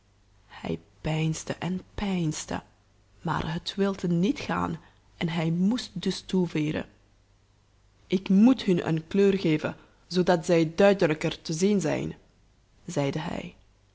hij peinsde en peinsde maar het wilde niet gaan en hij moest dus tooveren ik moet hun een kleur geven zoodat zij duidelijker te zien zijn zeide hij